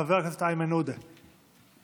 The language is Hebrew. חבר הכנסת איימן עודה, בבקשה.